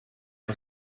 for